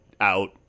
out